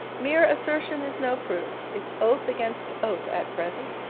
mere assertion is no proof it's oath against oath, at present